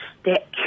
stick